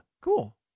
Cool